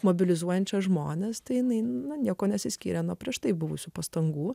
mobilizuojančia žmonas tai na niekuo nesiskiria nuo prieš tai buvusių pastangų